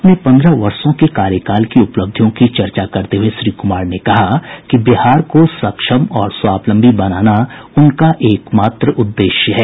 अपने पन्द्रह वर्षों के कार्यकाल की उपलब्धियों की चर्चा करते हुए श्री कुमार ने कहा कि बिहार को सक्षम और स्वाबलंबी बनाने उनका एकमात्र उद्देश्य है